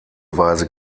weise